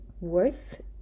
worth